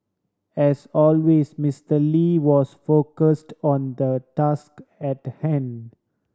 as always Mister Lee was focused on the task at hand